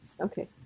Okay